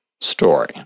story